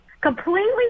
completely